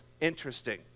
Interesting